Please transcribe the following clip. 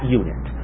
unit